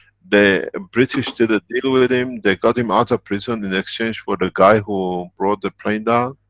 the british did a deal with him, they got him out of prison, in exchange for the guy who brought the plane down.